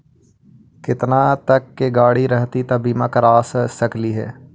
केतना तक के गाड़ी रहतै त बिमा करबा सकली हे?